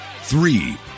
Three